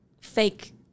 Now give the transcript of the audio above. fake